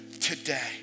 today